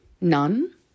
none